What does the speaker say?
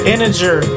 Integer